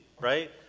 Right